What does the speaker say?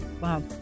Wow